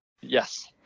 Yes